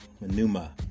Manuma